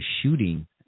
shooting